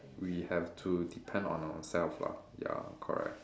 we have to depend on ourselves lah ya correct